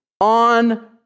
on